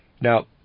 Now